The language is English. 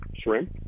Shrimp